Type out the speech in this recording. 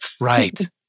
Right